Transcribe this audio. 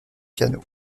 piano